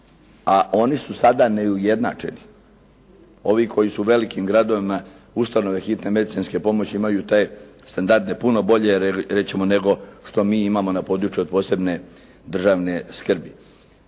a oni su sada neujednačeni. Ovi koji su u velikim gradovima ustanove hitne medicinske pomoći imaju te standarde, puno bolje reći ćemo nego što mi imamo na području od posebne državne skrbi.